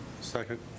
Second